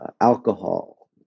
alcohol